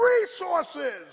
resources